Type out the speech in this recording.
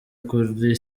kuri